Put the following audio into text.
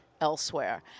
elsewhere